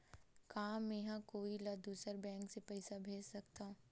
का मेंहा कोई ला दूसर बैंक से पैसा भेज सकथव?